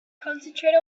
concentrate